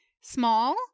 small